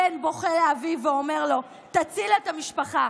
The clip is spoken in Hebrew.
הבן בוכה לאביו ואומר לו: תציל את המשפחה,